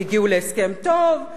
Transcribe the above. והגיעו להסכם טוב,